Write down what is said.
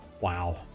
Wow